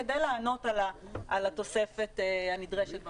כדי לענות על התוספת הנדרשת במכסה.